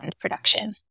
production